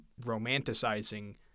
romanticizing